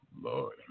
Lord